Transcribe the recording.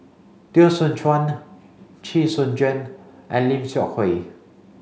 Teo Soon Chuan Chee Soon Juan and Lim Seok Hui